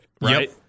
right